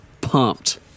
pumped